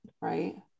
right